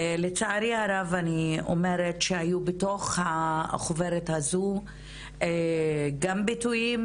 ולצערי הרב אני אומרת שהיו בתוך החוברת הזו גם ביטויים,